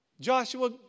Joshua